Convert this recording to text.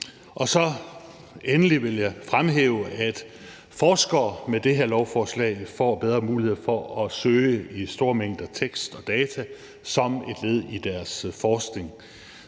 Og så vil jeg endelig fremhæve, at forskere med det her lovforslag får bedre muligheder for at søge i store mængder tekst og data som et led i deres forskning,